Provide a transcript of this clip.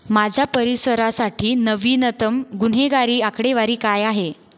माझ्या परिसरासाठी नवीनतम गुन्हेगारी आकडेवारी काय आहे